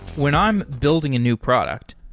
when i'm building a new product,